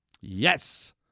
Yes